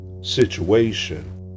situation